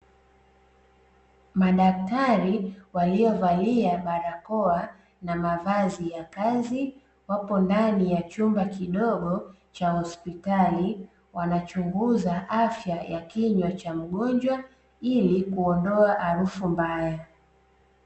Madaktari waliovalia barakoa na mavazi ya kazi wapo ndani ya chumba kidogo cha hospitali, wanachunguza afya ya kinywa cha mgonjwa ili kuondoa harufu mbaya.